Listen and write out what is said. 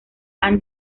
han